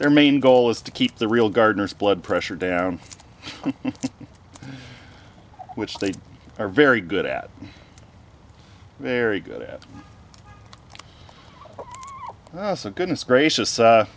their main goal is to keep the real gardeners blood pressure down which they are very good at very good at goodness gracious